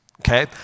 okay